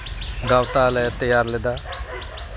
ᱜᱟᱶᱛᱟ ᱞᱮ ᱛᱮᱭᱟᱨ ᱞᱮᱫᱟ